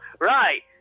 Right